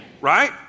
right